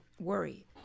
worry